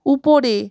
উপরে